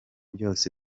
byose